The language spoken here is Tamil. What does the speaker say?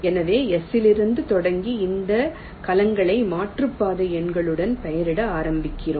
எனவே S இலிருந்து தொடங்கி இந்த கலங்களை மாற்றுப்பாதை எண்களுடன் பெயரிட ஆரம்பிக்கிறோம்